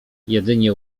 jedynie